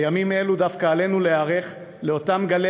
בימים אלו דווקא עלינו להיערך לאותם גלי